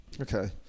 Okay